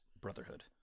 Brotherhood